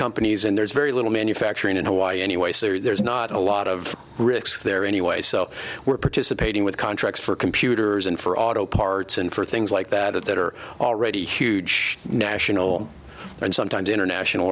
companies and there's very little manufacturing in hawaii anyway so there's not a lot of risks there anyway so we're participating with contracts for computers and for auto parts and for things like that that are already huge national and sometimes international